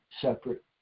separate